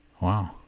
Wow